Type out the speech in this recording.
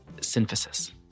synthesis